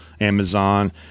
Amazon